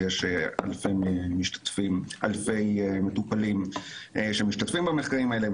ויש אלפי מטופלים שמשתתפים במחקרים האלה,